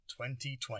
2020